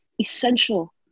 essential